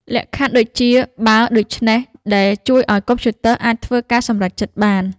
លក្ខខណ្ឌ ដូចជា "បើ...ដូច្នេះ..." ដែលជួយឱ្យកុំព្យូទ័រអាចធ្វើការសម្រេចចិត្តបាន។